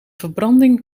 verbranding